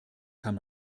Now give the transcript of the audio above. kann